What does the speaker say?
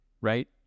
Right